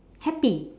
happy